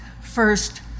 first